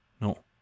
No